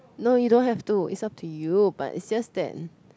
no you don't have to it's up to you but it's just that